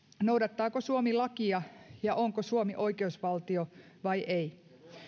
noudattaako suomi lakia ja onko suomi oikeusvaltio vai ei